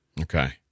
Okay